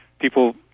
people